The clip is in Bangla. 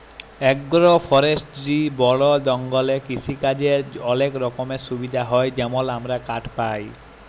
এগ্র ফরেস্টিরি বল জঙ্গলে কিসিকাজের অলেক রকমের সুবিধা হ্যয় যেমল আমরা কাঠ পায়